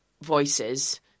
voices